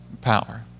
power